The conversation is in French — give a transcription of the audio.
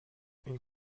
une